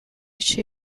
she